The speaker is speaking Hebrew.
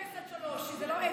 אין אפס עד שלוש, כי זה לא אפס.